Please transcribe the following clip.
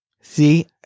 See